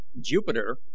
Jupiter